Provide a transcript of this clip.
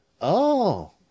Oh